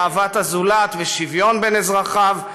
אהבת הזולת ושוויון בין אזרחיו,